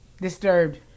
Disturbed